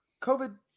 COVID